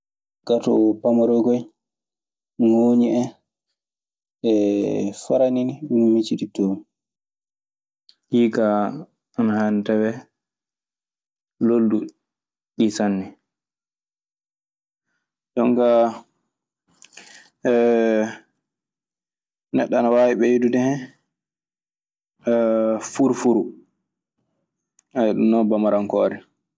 Gaato pamaroye koye, ngonŋi hen, farani ni dun micittitomi. Ɗii kaa ana haani tawee lolluɗi sanne. Jooni ka neɗɗo ina waawi ɓeydude furfuru, ɗum noon Bamanankoore.